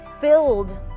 filled